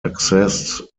accessed